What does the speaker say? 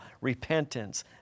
repentance